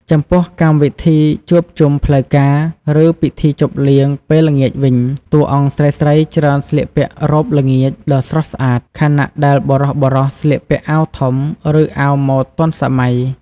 ចំពោះកម្មវិធីជួបជុំផ្លូវការ ឬពិធីជប់លៀងពេលល្ងាចវិញ តួអង្គស្រីៗច្រើនស្លៀកពាក់ រ៉ូបល្ងាច ដ៏ស្រស់ស្អាត ខណៈដែលបុរសៗស្លៀកពាក់អាវធំ ឬអាវម៉ូដទាន់សម័យ។